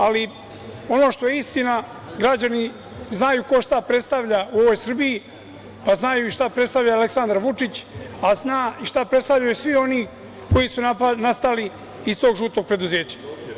Ali, ono što je istina, građani znaju ko šta predstavlja u ovoj Srbiji, pa znaju i šta predstavlja Aleksandar Vučić, a znaju i šta predstavljaju svi oni koji su nastali iz tog žutog preduzeća.